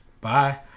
Bye